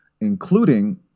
including